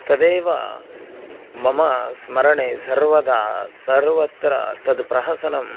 तदेव मम स्मरणे सर्वदा सर्वत्र तद् प्रहसनम्